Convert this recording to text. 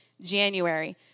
January